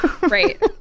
Right